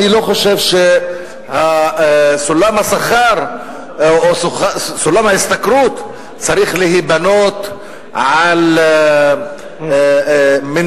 אני לא חושב שסולם השכר או סולם ההשתכרות צריך להיבנות על מנטליות